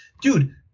dude